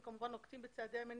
אנחנו כמובן נוקטים בצעדי מניעה.